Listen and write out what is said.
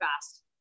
fast